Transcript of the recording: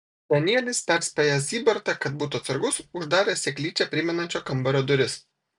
danielis perspėjęs zybartą kad būtų atsargus uždarė seklyčią primenančio kambario duris